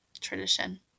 tradition